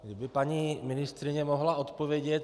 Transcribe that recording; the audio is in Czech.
Kdyby paní ministryně mohla odpovědět.